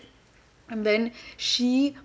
and then she